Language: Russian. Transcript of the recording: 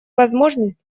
возможность